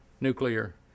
nuclear